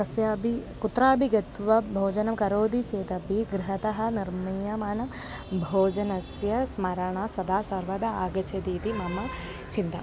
कस्यापि कुत्रापि गत्वा भोजनं करोति चेदपि गृहात् निर्मीयमान भोजनस्य स्मरणं सदा सर्वदा आगच्छति इति मम चिन्ता